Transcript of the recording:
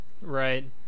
Right